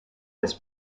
was